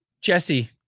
Jesse